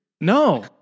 No